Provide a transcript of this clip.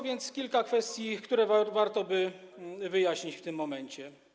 Więc kilka kwestii, które warto by wyjaśnić w tym momencie.